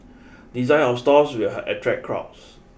design of stores will attract crowds